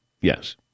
Yes